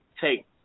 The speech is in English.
take